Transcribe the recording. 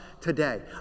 today